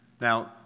Now